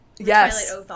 yes